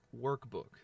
workbook